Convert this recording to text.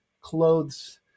clothes